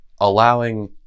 allowing